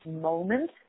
moment